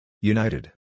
United